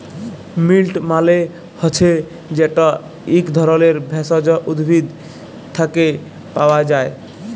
মিল্ট মালে হছে যেট ইক ধরলের ভেষজ উদ্ভিদ থ্যাকে পাওয়া যায়